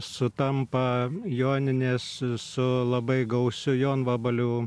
sutampa joninės su labai gausiu jonvabalių